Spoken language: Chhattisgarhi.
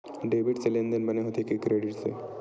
डेबिट से लेनदेन बने होथे कि क्रेडिट से?